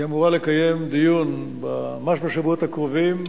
היא אמורה לקיים דיון ממש בשבועות הקרובים,